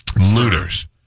Looters